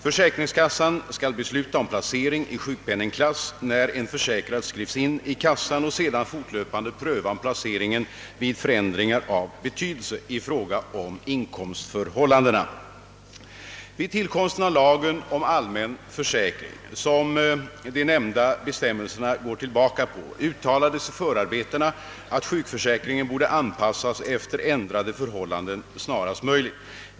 Försäkringskassan skall besluta om placering i sjukpenningklass, när en försäkrad skrivs in i kassan och sedan fortlöpande pröva om placeringen vid förändringar av betydelse i fråga om inkomstförhållandena. Vid tillkomsten av lagen om allmän sjukförsäkring, som de nämnda bestämmelserna går tillbaka på, uttalades i förarbetena, att sjukförsäkringen borde anpassas efter ändrade förhållanden snarast möjligt.